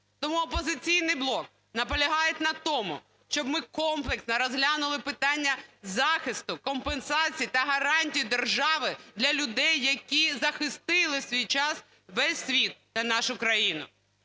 Тому "Опозиційний блок" наполягає на тому, щоб ми комплексно розглянули питання захисту, компенсацій та гарантій держави для людей, які захистили в свій час весь світ та нашу країну.